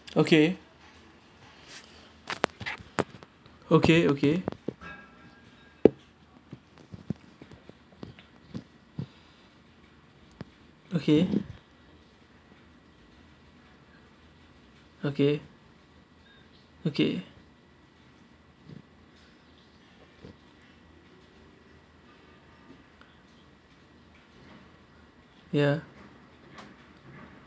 okay okay okay okay okay okay ya